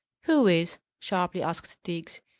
who is? sharply asked diggs.